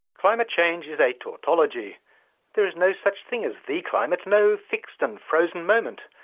climate change is a tautology there is no such thing as the climate, no fixed and frozen moment.